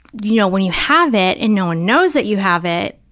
you know, when you have it and no one knows that you have it,